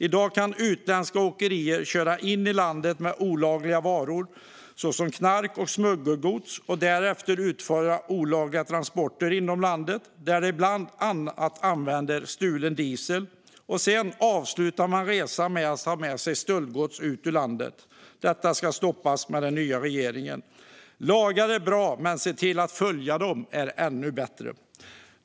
I dag kan utländska åkerier köra in i landet med olagliga varor såsom knark och smuggelgods, därefter utföra olagliga transporter inom landet - där de bland annat använder stulen diesel - och sedan avsluta resan med att ta med sig stöldgods ut ur landet. Detta ska stoppas med den nya regeringen. Lagar är bra, men att se till att de följs är ännu bättre.